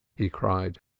he cried.